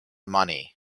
money